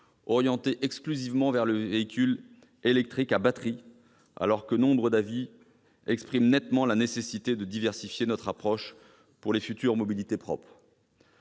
orienté exclusivement vers le véhicule électrique à batterie, alors que nombre d'avis expriment nettement la nécessité de diversifier notre approche des futures mobilités propres.